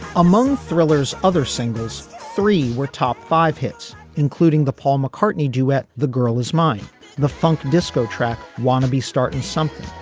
among thrillers other singles three were top five hits including the paul mccartney duet. the girl is mine the funk disco track wannabe startin something.